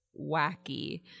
wacky